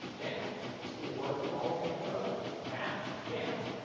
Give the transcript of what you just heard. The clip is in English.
down. it's the worst in all of hampton roads. math, down.